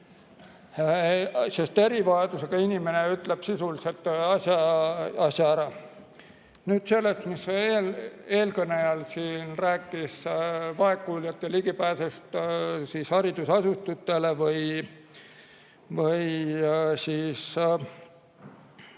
Sest "erivajadusega inimene" ütleb sisuliselt asja ära. Nüüd sellest, mis eelkõneleja siin rääkis, vaegkuuljate ligipääsust haridusasutustele või